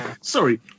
sorry